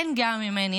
אין גאה ממני,